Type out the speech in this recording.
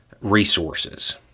resources